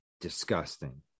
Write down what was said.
disgusting